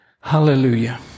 Hallelujah